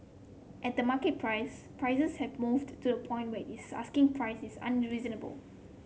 at the market price prices have moved to a point where this asking prices is not unreasonable